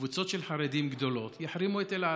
קבוצות גדולות של חרדים יחרימו את אל על.